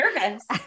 nervous